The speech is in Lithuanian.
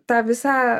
tą visą